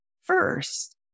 first